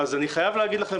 אני חייב להגיד לכם,